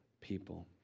people